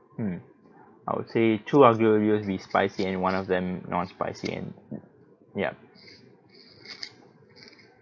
mm I would say two aglio olio be spicy and one of them non-spicy and ya